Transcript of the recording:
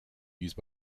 used